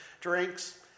drinks